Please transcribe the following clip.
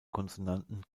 konsonanten